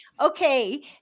Okay